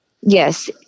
Yes